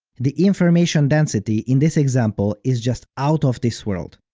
the information density in this example is just out of this world,